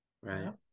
Right